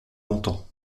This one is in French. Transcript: longtemps